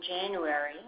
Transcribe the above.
January